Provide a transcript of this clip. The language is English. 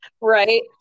right